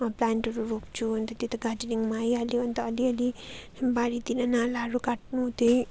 प्लान्टहरू रोप्छु अन्त त्यो त गार्डेनिङमा आइहाल्यो अन्त अलि अलि बारीतिर नालाहरू काट्नु त्यही